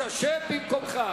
שב במקומך.